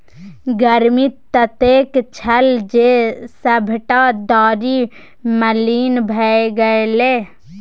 गर्मी ततेक छल जे सभटा डारि मलिन भए गेलै